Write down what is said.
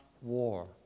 war